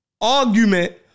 argument